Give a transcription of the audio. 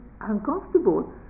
uncomfortable